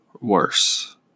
worse